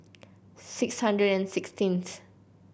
six hundred and sixteenth